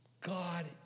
God